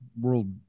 world